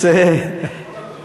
איך הכנסת את כל הגדוד?